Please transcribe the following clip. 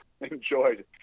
enjoyed